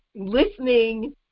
listening